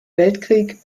weltkrieg